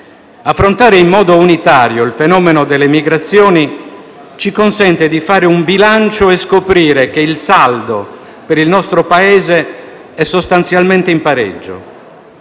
Affrontare in modo unitario il fenomeno delle migrazioni ci consente di fare un bilancio e scoprire che il saldo per il nostro Paese è sostanzialmente in pareggio: